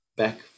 back